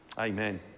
Amen